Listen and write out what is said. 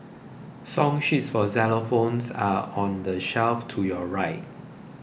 song sheets for xylophones are on the shelf to your right